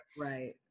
Right